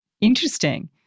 Interesting